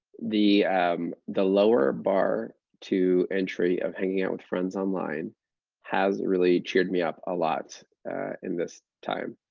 the um the lower bar to entry of hanging out with friends online has really cheered me up a lot in this time.